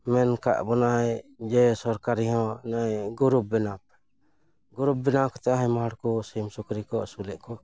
ᱢᱮᱱ ᱠᱟᱜ ᱵᱚᱱᱟᱭ ᱡᱮ ᱥᱚᱨᱠᱟᱨᱤ ᱦᱚᱸ ᱱᱚᱜᱼᱚᱭ ᱜᱩᱨᱩᱯ ᱵᱮᱱᱟᱣ ᱜᱩᱨᱩᱯ ᱵᱮᱱᱟᱣ ᱠᱟᱛᱮᱫ ᱦᱚᱸ ᱟᱭᱢᱟ ᱦᱚᱲ ᱠᱚ ᱥᱤᱢ ᱥᱩᱠᱨᱤ ᱠᱚ ᱟᱹᱥᱩᱞᱮᱫ ᱠᱚᱣᱟ ᱠᱚ